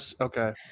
okay